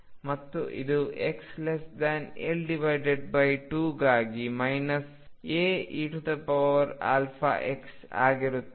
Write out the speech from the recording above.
ಮತ್ತು ಇದುxL2 ಗಾಗಿ A eαx ಆಗಿರುತ್ತದೆ